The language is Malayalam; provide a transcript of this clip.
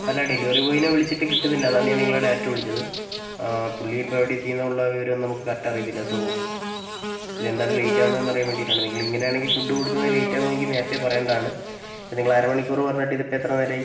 അല്ല ഡെലിവറി ബോയിനെ വിളിച്ചിട്ട് കിട്ടുന്നില്ല അതാണ് ഞാൻ നിങ്ങളെ ഡയറക്റ്റ് വിളിച്ചത് പുള്ളി ഇപ്പം എവിടെ എത്തി എന്നുള്ളത് വിവരമൊന്നും നമുക്ക് കറക്റ്റ് അറിയത്തില്ല സോ ഇതെന്താണ് ലേ റ്റ് ആകുന്നതെന്ന് അറിയാൻ വേണ്ടിയിട്ടാണ് നിങ്ങളിങ്ങനെയാണെങ്കിൽ നിങ്ങൾ ഫുഡ് കൊടുക്കുന്നത് ലേറ്റ് ആകുമെങ്കി നേരത്തെ പറയേണ്ടതാണ് ഇത് നിങ്ങള് അരമണിക്കൂർ പറഞ്ഞിട്ടിതിപ്പൊ എത്ര നേരായി